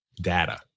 data